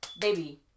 baby